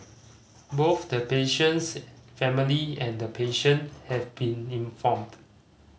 both the patient's family and the patient have been informed